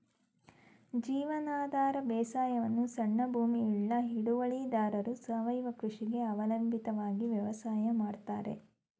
ಜೀವನಾಧಾರ ಬೇಸಾಯವನ್ನು ಸಣ್ಣ ಭೂಮಿಯುಳ್ಳ ಹಿಡುವಳಿದಾರರು ಸಾವಯವ ಕೃಷಿಗೆ ಅವಲಂಬಿತವಾಗಿ ವ್ಯವಸಾಯ ಮಾಡ್ತರೆ